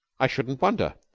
i shouldn't wonder,